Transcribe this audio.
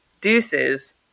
Deuces